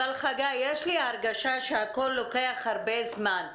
חגי, יש לי הרגשה שהכול לוקח הרבה זמן,